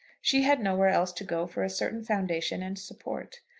she had nowhere else to go for a certain foundation and support.